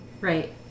Right